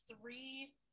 three